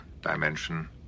dimension